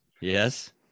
yes